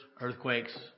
earthquakes